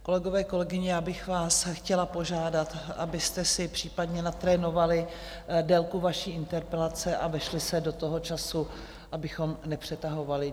Kolegové, kolegyně, já bych vás chtěla požádat, abyste si případně natrénovali délku vaší interpelace a vešli se do toho času, abychom nepřetahovali.